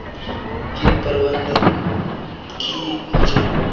किट प्रबन्धन की होचे?